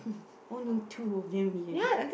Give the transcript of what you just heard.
only two of them